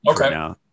Okay